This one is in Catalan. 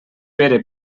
pere